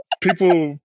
people